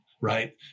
right